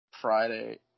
Friday